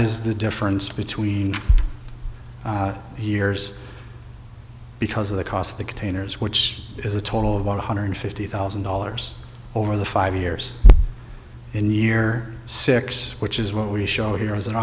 is the difference between the years because of the cost of the containers which is a total of one hundred fifty thousand dollars over the five years in year six which is what we show here as an